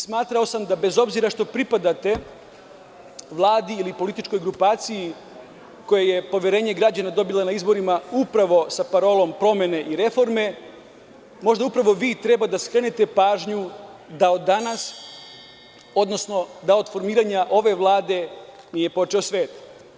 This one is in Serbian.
Smatrao sam da, bez obzira što pripadate Vladi ili političkoj grupaciji koja je poverenje građana dobila na izborima upravo sa parolom „promene i reforme“, možda upravo vi treba da skrenete pažnju da od danas, odnosno da od formiranja ove Vlade, nije počeo svet.